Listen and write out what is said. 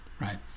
right